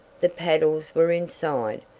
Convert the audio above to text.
the paddles were inside,